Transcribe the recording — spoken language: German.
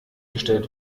gestellt